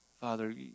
Father